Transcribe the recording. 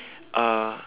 uh